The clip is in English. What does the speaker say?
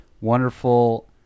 wonderful